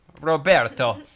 Roberto